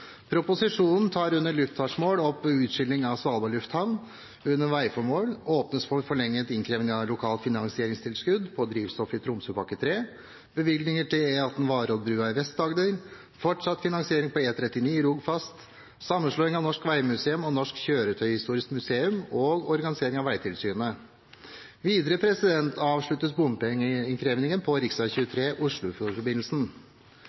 Proposisjonen tar under luftfartsformål opp utskilling av Svalbard lufthavn, under veiformål åpnes det for forlenget innkreving av lokalt finansieringstilskudd på drivstoff i Tromsøpakke 3, bevilgninger til E18 Varoddbrua i Vest-Agder, fortsatt finansiering på E 39 Rogfast, sammenslåing av Norsk vegmuseum og Norsk kjøretøyhistorisk museum og organisering av Vegtilsynet. Videre avsluttes bompengeinnkrevingen på